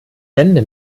wende